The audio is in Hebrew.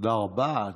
תודה רבה.